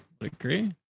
agree